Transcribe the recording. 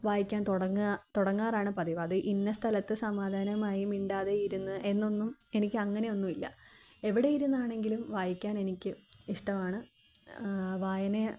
വായിയ്ക്കാൻ തുടങ്ങ തുടങ്ങാറാണ് പതിവ് അത് ഇന്ന സ്ഥലത്ത് സമാധാനമായി മിണ്ടാതെ ഇരുന്ന് എന്നൊന്നും എനിയ്ക്കങ്ങനെ ഒന്നുമില്ല എവിടെ ഇരുന്നാണെങ്കിലും വായിക്കാനെനിക്ക് ഇഷ്ടമാണ് വായനയെ